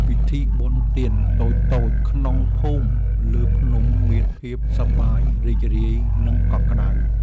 ពិធីបុណ្យទានតូចៗក្នុងភូមិលើភ្នំមានភាពសប្បាយរីករាយ និងកក់ក្ដៅ។